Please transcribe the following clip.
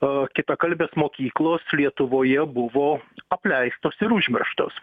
o kitakalbės mokyklos lietuvoje buvo apleistos ir užmirštos